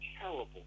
terrible